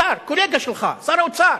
שר, קולגה שלך, שר האוצר